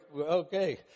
Okay